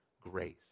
grace